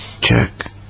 Check